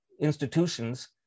institutions